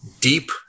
deep